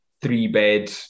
three-bed